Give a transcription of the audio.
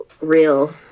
real